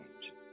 change